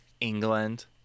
England